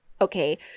Okay